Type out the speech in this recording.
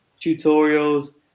tutorials